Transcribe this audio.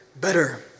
better